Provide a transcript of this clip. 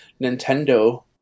Nintendo